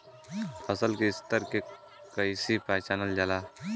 फसल के स्तर के कइसी पहचानल जाला